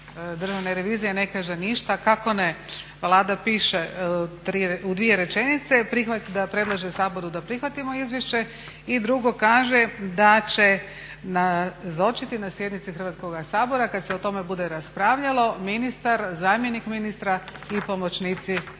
državne revizije ne kaže ništa, kako ne, Vlada piše u dvije rečenice da predlaže Saboru da prihvatimo izvješće i drugo kaže da se nazočiti na sjednici Hrvatskoga sabora kada se o tome bude raspravljalo, ministar, zamjenik ministra i pomoćnici ministra